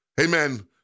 Amen